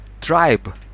tribe